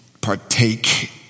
partake